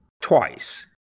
twice